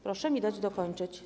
Proszę mi dać dokończyć.